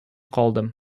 калдым